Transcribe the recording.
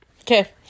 okay